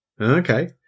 Okay